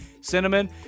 cinnamon